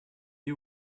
you